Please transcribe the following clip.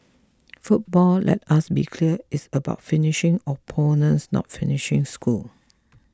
football let us be clear is about finishing opponents not finishing schools